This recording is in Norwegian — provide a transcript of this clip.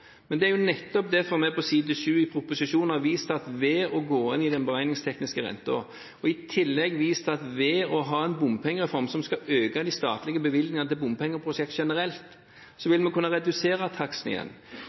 Det er nettopp derfor vi på side 7 i proposisjonen har vist at ved å gå inn i den beregningstekniske renten – og i tillegg har vist at ved å ha en bompengereform som skal øke de statlige bevilgningene til bompengeprosjekt generelt – vil vi kunne redusere taksten igjen,